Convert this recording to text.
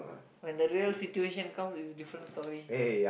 when the real situation come is different story